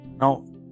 Now